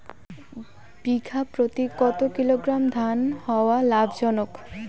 বিঘা প্রতি কতো কিলোগ্রাম ধান হওয়া লাভজনক?